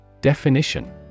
Definition